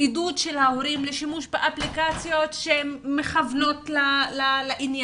עידוד של ההורים לשימוש באפליקציות שמכוונות לעניין,